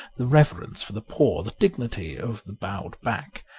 the reverence for the poor, the dignity of the bowed back.